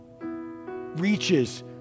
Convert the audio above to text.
reaches